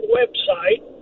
website